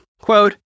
Quote